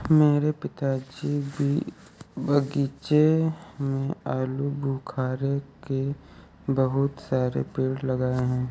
मेरे पिताजी ने बगीचे में आलूबुखारे के बहुत सारे पेड़ लगाए हैं